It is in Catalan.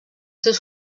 seus